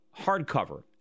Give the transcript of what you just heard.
hardcover